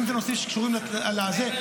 ובנושאים שקשורים לזה,